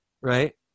right